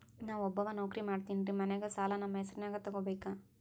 ನಾ ಒಬ್ಬವ ನೌಕ್ರಿ ಮಾಡತೆನ್ರಿ ಮನ್ಯಗ ಸಾಲಾ ನಮ್ ಹೆಸ್ರನ್ಯಾಗ ತೊಗೊಬೇಕ?